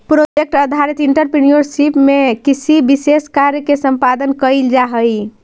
project आधारित entrepreneurship में किसी विशेष कार्य के संपादन कईल जाऽ हई